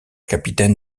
capitaine